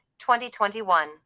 2021